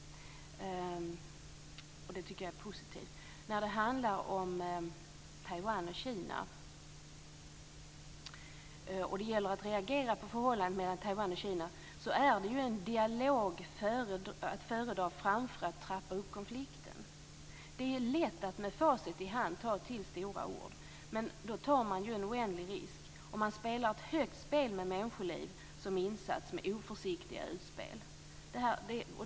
Det tycker jag är positivt. När det handlar om Taiwan och Kina och att reagera på förhållandet dem emellan är en dialog att föredra framför att trappa upp konflikten. Det är lätt att med facit i hand ta till stora ord. Men då tar man en oändlig risk, och man spelar ett högt spel med människoliv som insats med oförsiktiga utspel.